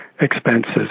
expenses